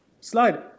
Slide